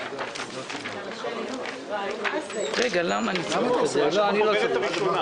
השרה ואני גם חושב שחשוב מאוד